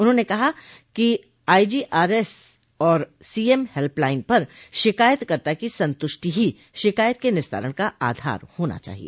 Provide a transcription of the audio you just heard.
उन्होंने कहा कि आईजीआरएस और सीएम हेल्पलाइन पर शिकायतकर्ता की संतुष्टि ही शिकायत के निस्तारण का आधार होना चाहिए